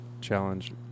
challenge